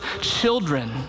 children